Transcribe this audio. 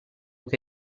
che